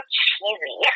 cheesy